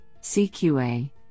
CQA